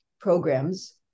programs